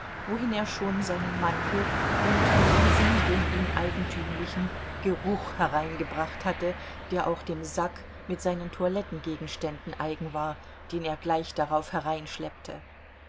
wohin er schon seinen mantel und mit diesem den ihm eigentümlichen geruch hereingebracht hatte der auch dem sack mit seinen toilettengegenständen eigen war den er gleich darauf